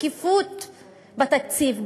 שקיפות בתקציב,